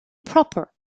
proper